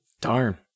Darn